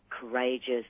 courageous